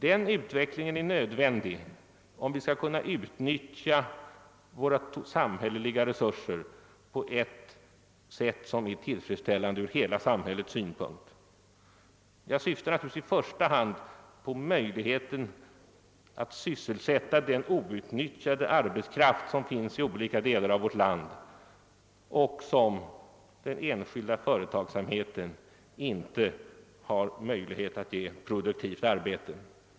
Den utvecklingen är nödvändig om vi skall kunna utnyttja våra samhälleliga resurser på ett från hela samhällets synpunkt tillfredsställande sätt. Jag syftar naturligtvis i första hand på möjligheten att sysselsätta den outnyttjade arbetskraft som finns i olika delar av vårt land och som den enskilda företagsamheten inte har möjlighet att ge produktivt arbete.